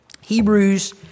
Hebrews